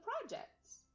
projects